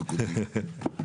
צהרים